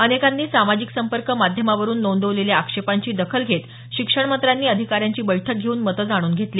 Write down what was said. अनेकांनी सामाजिक संपर्क माध्यमावरून नोंदवलेल्या आक्षेपांची दखल घेत शिक्षणमंत्र्यांनी अधिकाऱ्यांची बैठक घेऊन मतं जाणून घेतली